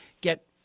get